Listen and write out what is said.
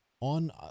on